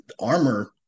armor